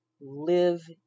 live